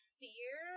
fear